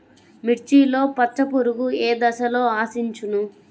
మిర్చిలో పచ్చ పురుగు ఏ దశలో ఆశించును?